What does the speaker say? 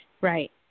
Right